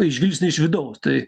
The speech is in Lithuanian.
žvilgsnį iš vidaus tai